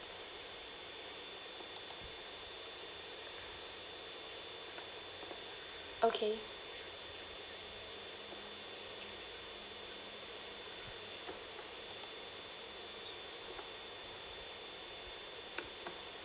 okay